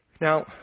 Now